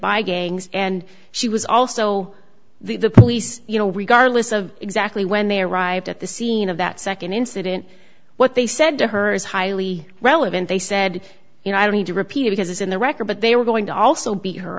by gangs and she was also the police you know regardless of exactly when they arrived at the scene of that second incident what they said to her is highly relevant they said you know i don't need to repeat it because it's in the record but they were going to also beat her